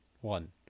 One